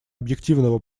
объективного